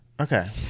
okay